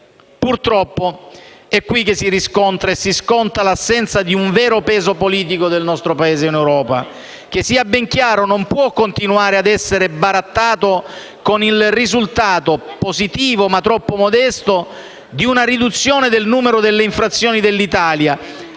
Purtroppo è qui che si riscontra e si sconta l'assenza di un vero peso politico del nostro Paese in Europa, che - sia ben chiaro - non può continuare ad essere barattato con il risultato, positivo ma troppo modesto, di una riduzione del numero delle infrazioni dell'Italia,